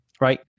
right